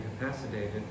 incapacitated